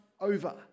over